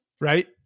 right